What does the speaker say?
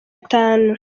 atatu